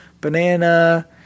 banana